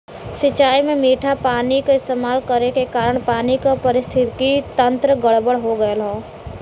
सिंचाई में मीठा पानी क इस्तेमाल करे के कारण पानी क पारिस्थितिकि तंत्र गड़बड़ हो गयल हौ